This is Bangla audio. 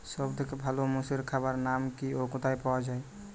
সব থেকে ভালো মোষের খাবার নাম কি ও কোথায় পাওয়া যায়?